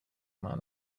man